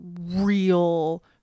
real